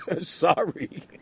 Sorry